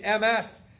MS